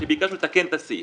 שביקשנו לתקן את הסעיף.